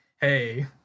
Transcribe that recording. hey